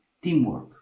Teamwork